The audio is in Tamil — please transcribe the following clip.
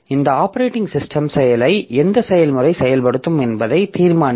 இந்த ஆப்பரேட்டிங் சிஸ்டம் செயலை எந்த செயல்முறை செயல்படுத்தும் என்பதை தீர்மானிக்க